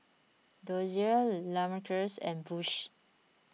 Dozier Lamarcus and Bush